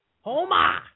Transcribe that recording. Homa